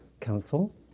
Council